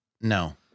No